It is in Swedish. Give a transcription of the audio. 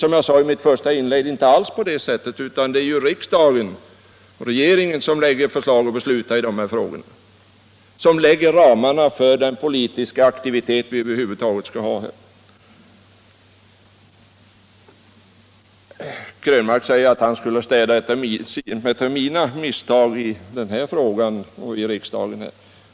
Så är det inte alls — det är riksdagen och regeringen som beslutar i dessa frågor och som lägger ramarna för den politiska aktivitet vi skall ha. Herr Krönmark säger att han vill städa efter mina misstag i denna fråga.